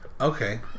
Okay